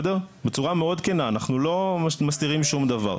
בצורה מאוד כנה, אנחנו לא מסתירים שום דבר.